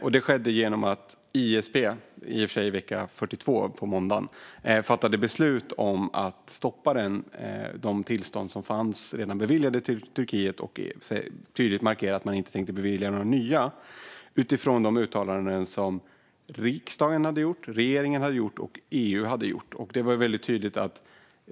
På måndagen veckan därpå fattade ISP beslut om att dra tillbaka redan beviljade tillstånd för export till Turkiet och markerade tydligt att man inte tänkte bevilja några nya efter de uttalanden riksdag, regering och EU hade gjort.